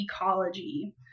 ecology